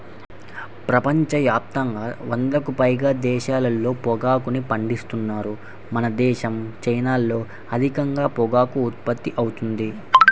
ప్రపంచ యాప్తంగా వందకి పైగా దేశాల్లో పొగాకుని పండిత్తన్నారు మనదేశం, చైనాల్లో అధికంగా పొగాకు ఉత్పత్తి అవుతుంది